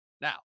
Now